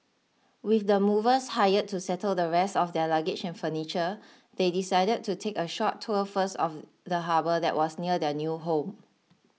with the movers hired to settle the rest of their luggage and furniture they decided to take a short tour first of the harbour that was near their new home